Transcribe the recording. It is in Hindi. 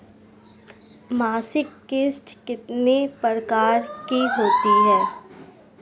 मासिक किश्त कितने प्रकार की होती है?